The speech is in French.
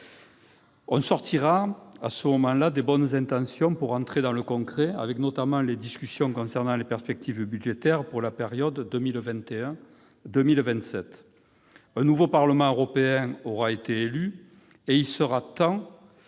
On sortira alors des bonnes intentions pour entrer dans le concret, notamment avec des discussions concernant les perspectives budgétaires pour la période 2021-2027. Un nouveau Parlement européen aura été élu, et il sera temps